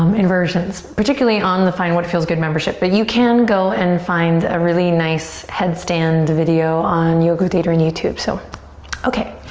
um inversions. particularly on the find what feels good membership but you can go and find a really nice headstand video on yoga with adriene youtube so okay.